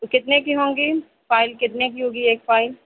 تو کتنے کی ہوں گی فائل کتنے کی ہوگی ایک فائل